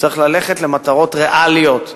צריך ללכת למטרות ריאליות,